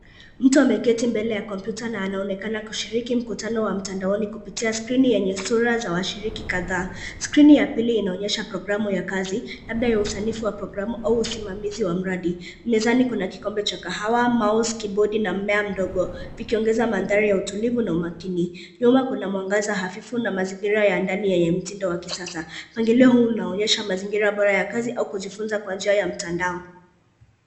Mtu ameketi mbele ya kompyuta na anaonekana kushiriki mkutano wa mtandaoni kupitia skrini yenye sura za washiriki kadhaa. Skrini ya pili inaonyesha programu ya kazi, labda ya usanifu wa programu au usimamizi wa mradi. Mezani kuna kikombe cha kahawa, mouse , kibodi na mmea mdogo, vikiongeza mandhari ya utulivu na umakini. Nyuma kuna mwangaza hafifu na mazingira ya ndani yenye mtindo wa kisasa. Mpangilio huu unaonyesha mazingira bora ya kazi au kujifunza kwa njia ya mtandao.